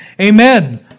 amen